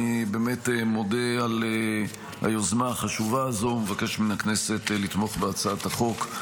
אני באמת מודה על היוזמה החשובה הזו ומבקש מן הכנסת לתמוך בהצעת החוק,